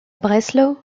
breslau